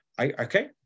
Okay